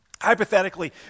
Hypothetically